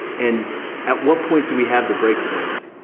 and at what point do we have the break points.